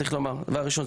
צריך לומר דבר ראשון,